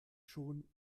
schon